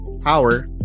power